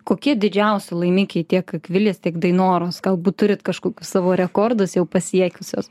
kokie didžiausi laimikiai tiek akvilės tiek dainoros galbūt turit kažkokius savo rekordus jau pasiekusios